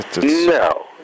No